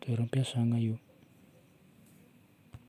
toeram-piasana io.